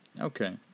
Okay